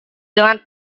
dengan